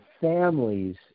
families